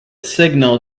signal